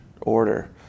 order